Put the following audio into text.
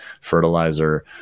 fertilizer